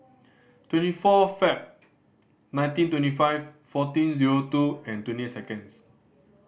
twenty four Feb nineteen twenty five fourteen zero two and twenty eight seconds